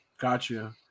Gotcha